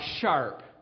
sharp